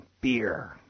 Beer